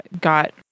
got